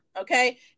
okay